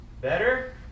Better